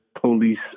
police